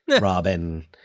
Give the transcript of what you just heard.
Robin